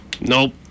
Nope